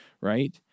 right